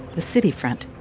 the city front